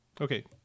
Okay